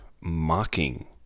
mocking